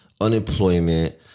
unemployment